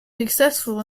successful